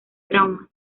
trauma